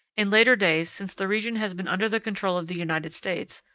in later days, since the region has been under the control of the united states,